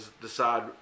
decide